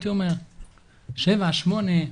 שמונה,